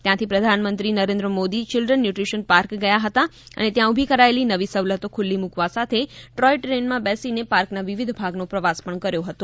ત્યાથી પ્રધાનમંત્રી Modi children nutrition park ગયા હતા અને ત્યાં ઊભી કરાયેલી નવી સવલતો ખુલ્લી મૂકવા સાથે ટોય ટ્રેનમાં બેસી પાર્કના વિવિધ ભાગનો પ્રવાસ પણ કર્યો હતો